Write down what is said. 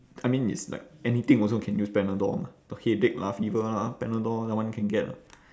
I mean it's like anything also can use panadol mah for headache lah fever lah panadol that one can get lah